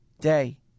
day